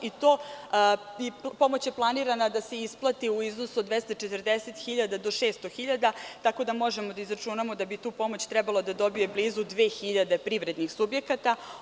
Pomoć je planirana da se isplati u iznosu od 240.000 do 600.000, tako da možemo da izračunamo da bi tu pomoć trebalo da dobije blizu 2.000 privrednih subjekata.